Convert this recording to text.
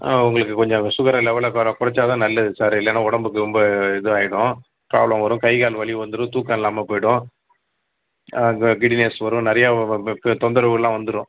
உங்களுக்கு கொஞ்சம் ஷுகரை லெவலை குற குறச்சா தான் நல்லது சார் இல்லன்னா உடம்புக்கு ரொம்ப இது ஆயிடும் ப்ராப்ளம் வரும் கை கால் வலி வந்துரும் தூக்கம் இல்லாம போயிவிடும் கிடினஸ் வரும் நிறையா தொந்தரவுலாம் வந்துரும்